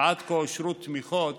ועד כה אושרו תמיכות